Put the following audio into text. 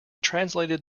translated